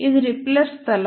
ఇది రిపెల్లర్ స్థలం